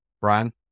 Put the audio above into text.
Brian